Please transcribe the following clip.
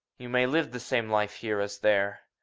you may live the same life here as there,